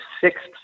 sixth